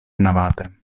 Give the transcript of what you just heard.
navate